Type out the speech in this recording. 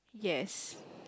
yes